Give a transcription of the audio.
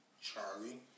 Charlie